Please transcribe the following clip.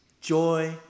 joy